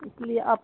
اس لیے آپ